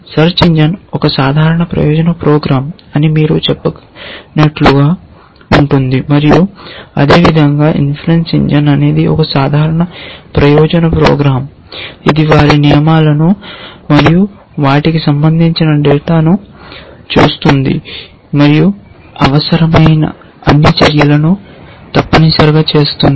search engine ఒక సాధారణ ప్రయోజన ప్రోగ్రాం అని మీరు చెప్పగలిగినట్లుగా ఉంటుంది మరియు అదే విధంగా ఇన్ఫరన్స ఇంజిన్ అనేది ఒక సాధారణ ప్రయోజన ప్రోగ్రాం ఇది వారి నియమాలను మరియు వాటికి సంబంధించిన డేటాను చూస్తుంది మరియు అవసరమైన అన్ని చర్యలను తప్పనిసరిగా చేస్తుంది